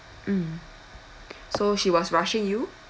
mm so she was rushing you